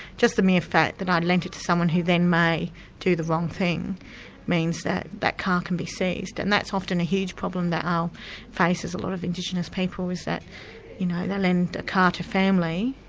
just the mere fact that i'd lent it to someone who then may do the wrong thing means that that car can be seized, and that's often a huge problem that faces a lot of indigenous people, is that you know they'll lend a car to family,